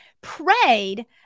prayed